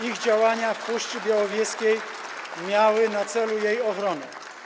Ich działania w Puszczy Białowieskiej miały na celu jej ochronę.